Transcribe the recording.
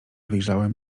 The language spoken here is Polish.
wyjrzałem